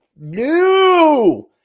no